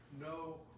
no